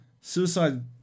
Suicide